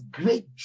great